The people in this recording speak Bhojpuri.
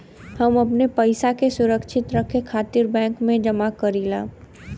हम अपने पइसा के सुरक्षित रखे खातिर बैंक में जमा करीला